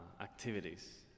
activities